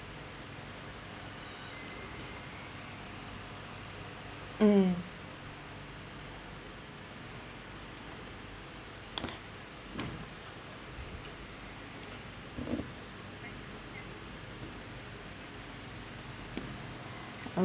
mm